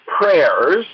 prayers